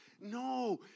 No